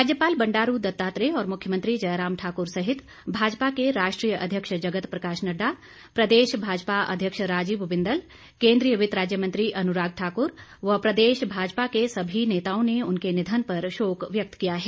राज्यपाल बंडारू दत्तात्रेय और मुख्यमंत्री जयराम ठाकुर सहित भाजपा के राष्ट्रीय अध्यक्ष जगत प्रकाश नड्डा प्रदेश भाजपा अध्यक्ष राजीव बिंदल केंद्रीय वित्त राज्य मंत्री अनुराग ठाकुर व प्रदेश भाजपा के सभी नेताओं ने उनके निधन पर शोक व्यक्त किया है